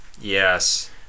Yes